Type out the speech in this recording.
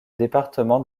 département